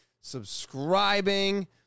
subscribing